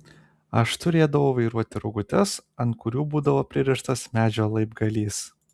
aš turėdavau vairuoti rogutes ant kurių būdavo pririštas medžio laibgalys